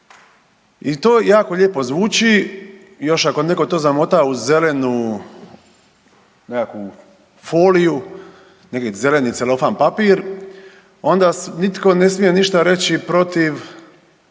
I to jako lijepo zvuči i još ako netko to zamota u zelenu nekakvu foliju, neki zeleni celofan papir onda nitko ne smije ništa reći protiv